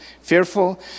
fearful